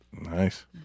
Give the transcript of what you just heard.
Nice